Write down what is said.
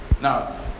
now